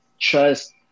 trust